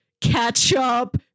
ketchup